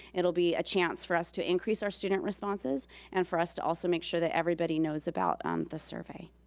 it'll be a chance for us to increase our student responses and for us to also make sure that everybody knows about the survey.